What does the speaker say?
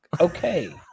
okay